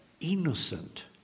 innocent